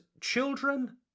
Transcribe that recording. children